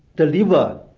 the liver,